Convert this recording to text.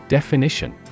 Definition